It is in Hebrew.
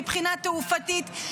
מבחינה תעופתית,